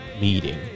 meeting